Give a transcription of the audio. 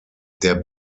der